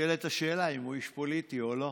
נשאלת השאלה אם הוא איש פוליטי או לא.